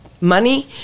money